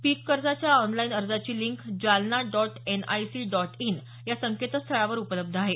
पीककर्जाच्या online अर्जाची link Jalna dot NIC dot in या संकेतस्थळावर उपलब्ध आहे